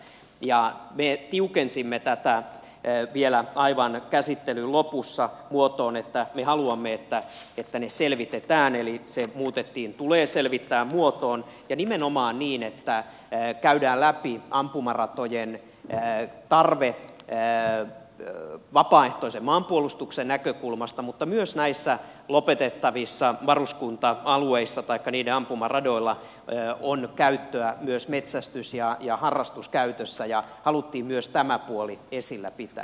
me tiukensimme tätä vielä aivan käsittelyn lopussa muotoon että me haluamme että ne selvitetään eli se muutettiin muotoon tulee selvittää ja nimenomaan niin että käydään läpi ampumaratojen tarve vapaaehtoisen maanpuolustuksen näkökulmasta mutta näiden lopetettavien varuskunta alueiden ampumaradoilla on käyttöä myös metsästys ja harrastuskäytössä ja haluttiin myös tämä puoli esillä pitää